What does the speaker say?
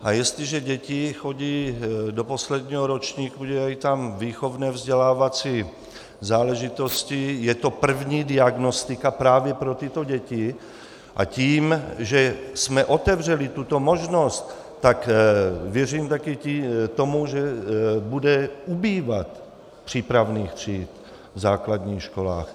A jestliže dětí chodí do posledního ročníku, dělají tam výchovné vzdělávací záležitosti, je to první diagnostika právě pro tyto děti, a tím, že jsme otevřeli tuto možnost, tak věřím také tomu, že bude ubývat přípravných tříd v základních školách.